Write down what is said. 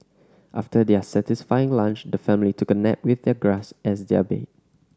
after their satisfying lunch the family took a nap with their grass as their bed